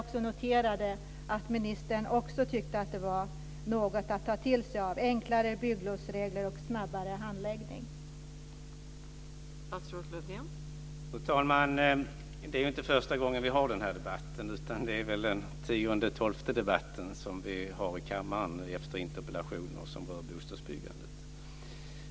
Jag noterade också att ministern tyckte att enklare bygglovsregler och snabbare handläggning var något att ta till sig.